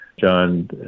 john